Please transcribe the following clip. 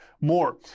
more